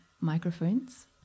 microphones